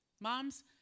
Moms